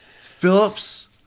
Phillips